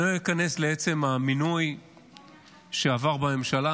אני לא איכנס לעצם המינוי שעבר בממשלה,